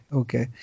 okay